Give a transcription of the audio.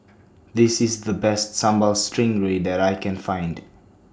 This IS The Best Sambal Stingray that I Can Find